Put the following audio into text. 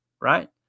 right